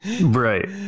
Right